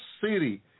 city